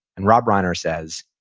and rob reiner says,